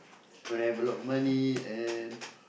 when I have a lot of money and